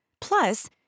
Plus